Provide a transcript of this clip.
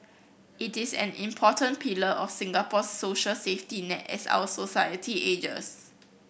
it is an important pillar of Singapore's social safety net as our society ages